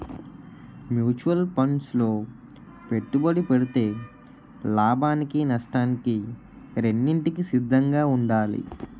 mutual funds లో పెట్టుబడి పెడితే లాభానికి నష్టానికి రెండింటికి సిద్ధంగా ఉండాలి